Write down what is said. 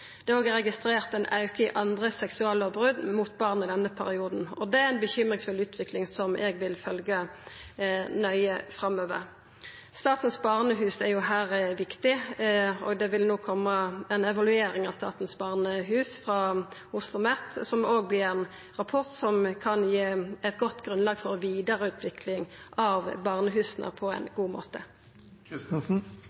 Det er òg registrert ein auke i andre seksuallovbrot mot barn i denne perioden. Det er ei urovekkjande utvikling som eg vil følgja nøye framover. Statens barnehus er her viktige, og det vil òg koma ei evaluering av Statens barnehus frå Oslomet. Det òg vert ein rapport som kan gi eit godt grunnlag for vidareutvikling av barnehusa på ein